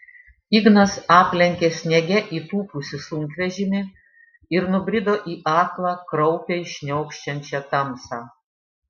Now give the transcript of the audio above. ignas aplenkė sniege įtūpusį sunkvežimį ir nubrido į aklą kraupiai šniokščiančią tamsą